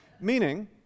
Meaning